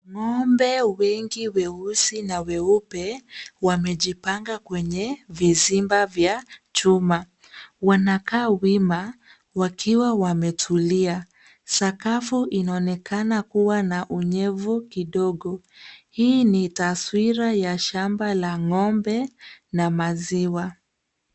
Ng'ombe wengi weusi na weupe, wamejipanga kwenye vizimba vya chuma. Wanakaa wima wakiwa wametulia sakafu inaonekana kuwa na unyevu kidogo. Hii ni taswira ya shamba la ng'ombe na maziwa